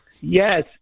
Yes